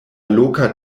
loka